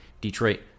Detroit